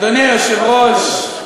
אדוני היושב-ראש,